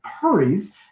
hurries